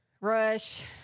Rush